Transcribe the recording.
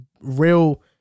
real